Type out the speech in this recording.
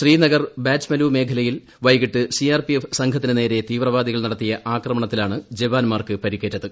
ശ്രീനഗർ ബാറ്റ്മലൂ മേഖലയിൽ വൈകിട്ട് C R P F സംഘത്തിനു നേരെ തീവ്രവാദികൾ നടത്തിയ ആക്രമണത്തിലാണ് ജവാൻമാർക്ക് പരിക്കേറ്റത്